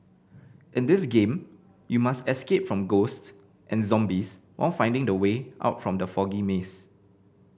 in this game you must escape from ghost and zombies while finding the way out from the foggy maze